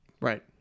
Right